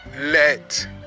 Let